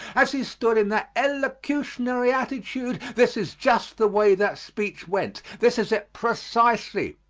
as he stood in that elocutionary attitude this is just the way that speech went, this is it precisely.